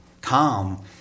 calm